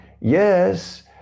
yes